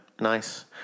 Nice